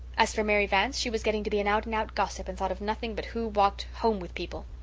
as for mary vance, she was getting to be an out-and-out gossip and thought of nothing but who walked home with people!